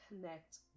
connect